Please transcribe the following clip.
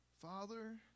Father